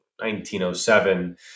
1907